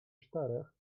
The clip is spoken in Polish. czterech